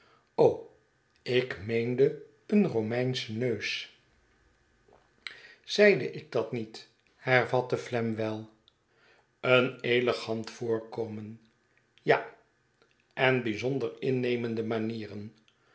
ik meende een romeinschen neus zeide ik dat niet hervatte flamwell een elegant voorkomen ja en bijzonder innemende manieren